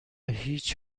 هیچ